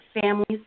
families